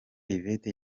yvette